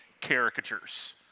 caricatures